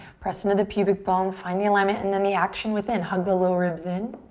press into the pubic bone. find the alignment and then the action within. hug the low ribs in.